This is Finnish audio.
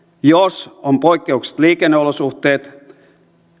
jos on poikkeukselliset liikenneolosuhteet